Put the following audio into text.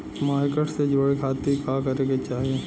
Market से जुड़े खाती का करे के चाही?